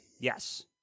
Yes